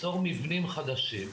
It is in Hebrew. ליצור מבנים חדשים,